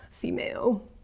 female